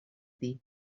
dir